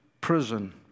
prison